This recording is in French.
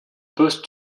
poste